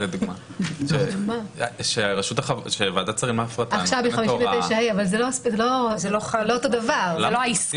מדברים על מצב של חברה שהיא עדיין בשליטה מלאה של המדינה?